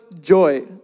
joy